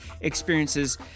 experiences